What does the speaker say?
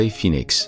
Phoenix